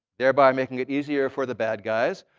thereby making it easier for the bad guys.